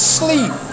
sleep